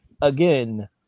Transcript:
again